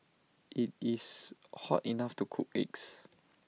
IT is hot enough to cook eggs